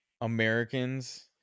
americans